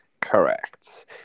Correct